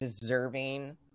deserving